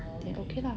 oh okay lah